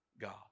God